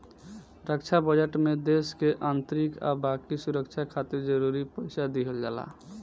रक्षा budget में देश के आंतरिक आ बाकी सुरक्षा खातिर जरूरी पइसा दिहल जाला